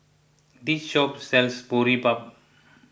this shop sells Boribap